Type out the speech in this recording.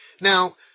Now